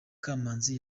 kamanzi